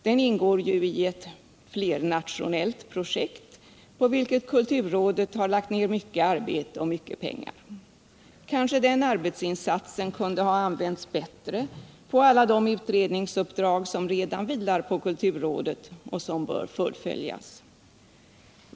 Den ingår ju i ett Torsdagen den flernationellt projekt, på vilket kulturrådet har lagt ner mycket arbete och 9 mars 1978 mycket pengar. Kanske den arbetsinsatsen kunde använts bättre på alla de utredningsuppdrag som redan vilar på kulturrådet och som bör fullföljas.